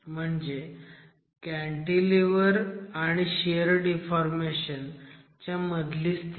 म्हणजे कॅन्टीलिव्हर आणि shear deformation च्या मधली स्थिती